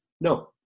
no